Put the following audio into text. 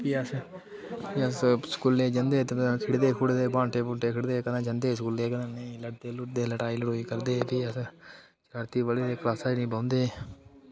भी अस भी अस स्कूलै ई जंदे हे ते अस खेढदे खूढदे बांह्टे बूंह्टे खेढदे कदें जंदे हे स्कूलै ई कदें नेईं लड़दे लूड़दे लड़ाई लड़ूई करदे भी अस शरारती बड़े हे क्लासै च निं बौंह्दे हे